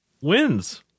wins